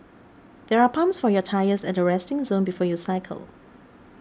there are pumps for your tyres at the resting zone before you cycle